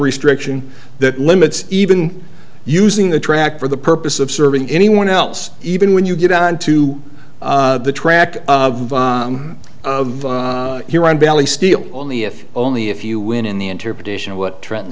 restriction that limits even using the track for the purpose of serving anyone else even when you get onto the track of your own belly steal only if only if you win in the interpretation of what trent